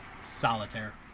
Solitaire